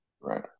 Right